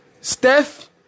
Steph